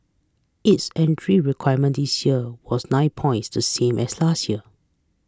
its entry requirement this year was nine points to same as last year